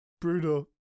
Brutal